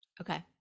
Okay